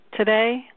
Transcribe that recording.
Today